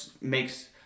makes